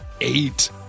eight